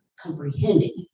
comprehending